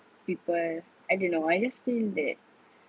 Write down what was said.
people I don't know I just feel that